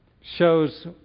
shows